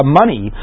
money